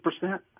percent